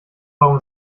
warum